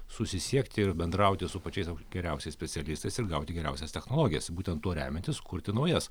susisiekti ir bendrauti su pačiais geriausiais specialistais ir gauti geriausias technologijas būtent tuo remiantis kurti naujas